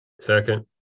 second